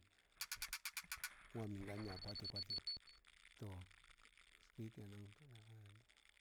Nwam mịn gan yaa kwatị-kwatị to shikenan.